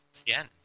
again